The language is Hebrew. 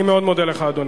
אני מאוד מודה לך, אדוני.